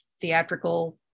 theatrical